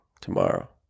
tomorrow